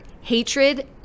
hatred